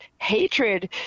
hatred